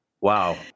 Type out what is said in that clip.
Wow